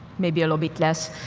maybe a little bit less.